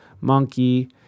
monkey